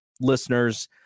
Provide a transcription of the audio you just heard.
listeners